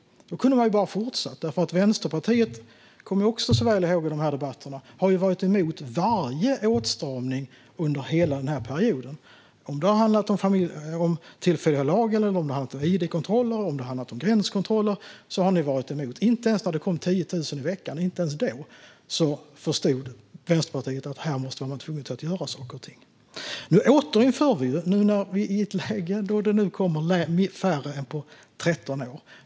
Där kan man bara fortsätta. Vänsterpartiet, kommer jag väl ihåg från dessa debatter, har ju varit emot varje åtstramning under hela denna period. Om det har handlat om den tillfälliga lagen eller om id-kontroller eller om gränskontroller har ni varit emot. Inte ens när det kom 10 000 i veckan, inte ens då, förstod Vänsterpartiet att nu är vi tvungna att göra saker och ting. Nu är vi i ett läge då det kommer färre än på 13 år.